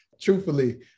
truthfully